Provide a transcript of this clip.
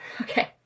Okay